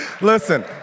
Listen